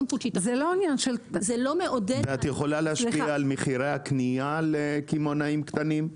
את יכולה להשפיע על מחירי הקנייה לקמעונאים קטנים?